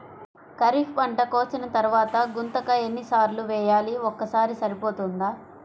ఖరీఫ్ పంట కోసిన తరువాత గుంతక ఎన్ని సార్లు వేయాలి? ఒక్కసారి సరిపోతుందా?